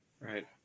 Right